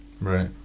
Right